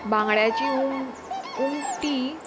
बांगड्याची उम उमटी